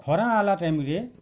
ଖରା ଆଇଲା ଟାଇମ୍ରେ